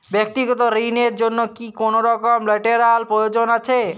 ব্যাক্তিগত ঋণ র জন্য কি কোনরকম লেটেরাল প্রয়োজন আছে?